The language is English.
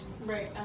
Right